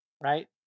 right